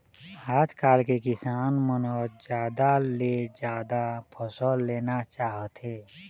आजकाल के किसान मन ह जादा ले जादा फसल लेना चाहथे